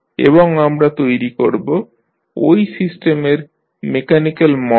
এবং আমরা তৈরি করব ঐ সিস্টেমের মেকানিক্যাল মডেল